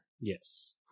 yes